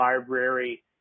library